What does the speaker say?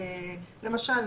למשל,